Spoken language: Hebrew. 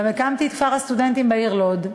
גם הקמתי את כפר-הסטודנטים בעיר לוד,